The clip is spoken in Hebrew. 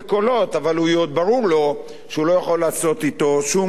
אבל ברור לו שהוא לא יכול לעשות אתו שום שינוי.